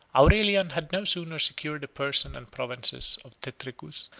aurelian had no sooner secured the person and provinces of tetricus,